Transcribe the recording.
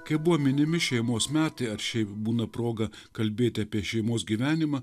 kai buvo minimi šeimos metai ar šiaip būna proga kalbėti apie šeimos gyvenimą